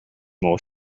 more